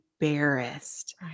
embarrassed